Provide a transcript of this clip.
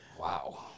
Wow